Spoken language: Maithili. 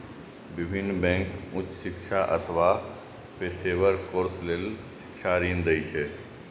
विभिन्न बैंक उच्च शिक्षा अथवा पेशेवर कोर्स लेल शिक्षा ऋण दै छै